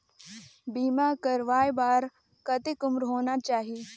बीमा करवाय बार कतेक उम्र होना चाही?